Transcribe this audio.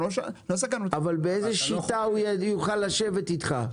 לא סגרנו את -- אבל באיזו שיטה הוא יוכל לשבת איתך?